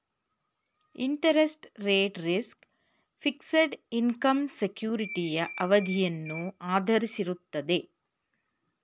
interest rate risk, fixed income ಸೆಕ್ಯೂರಿಟಿಯ ಅವಧಿಯನ್ನು ಆಧರಿಸಿರುತ್ತದೆ